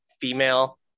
female